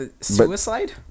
Suicide